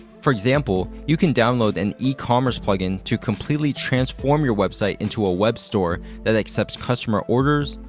for example, you can download an ecommerce plugin to completely transform your website into a webstore that accepts customer orders,